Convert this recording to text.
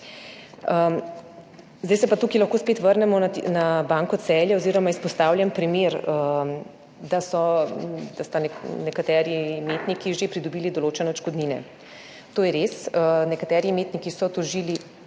Zdaj pa se tukaj lahko spet vrnemo na Banko Celje oziroma izpostavljen primer, da so nekateri imetniki že pridobili določene odškodnine. To je res. Nekateri imetniki so tožili